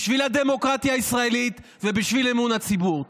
בשביל הדמוקרטיה הישראלית ובשביל אמון הציבור.